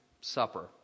supper